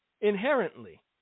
inherently